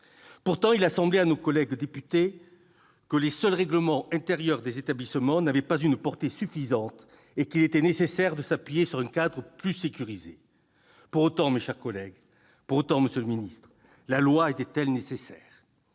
Pourtant, il a semblé à nos collègues députés que les seuls règlements intérieurs des établissements n'avaient pas une portée suffisante et qu'il était nécessaire de s'appuyer sur un cadre plus sécurisé. Pour autant, mes chers collègues, monsieur le ministre, légiférer était-il nécessaire ?